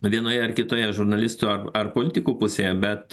vienoje ar kitoje žurnalistų ar ar politikų pusėje bet